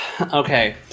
Okay